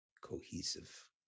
cohesive